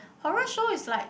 horror show is like